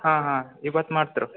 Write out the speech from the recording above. ಹಾಂ ಹಾಂ ಇವತ್ತು ಮಾಡ್ತ್ರ